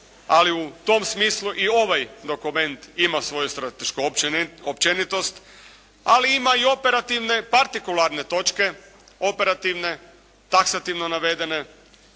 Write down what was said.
ali u tom smislu i ovaj dokument ima svoju stratešku općenitost ali ima i operativne partikularne točke. Operativne, taksativno navedene.